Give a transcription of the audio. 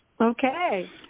Okay